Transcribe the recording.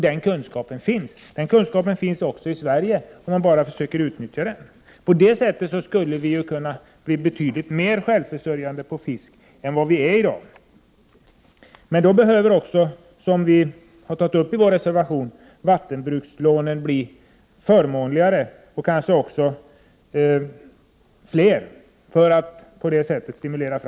Kunskapen på detta område finns också i Sverige, om man bara försöker utnyttja den. På det sättet skulle vi kunna bli självförsörjande när det gäller fisk i betydligt större utsträckning än i dag. Men då behöver också vattenbrukslånen bli förmånligare och möjligheterna att få sådana lån utökas. Detta tar vi upp i vår reservation.